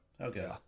okay